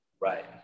Right